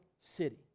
city